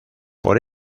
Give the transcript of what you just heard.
por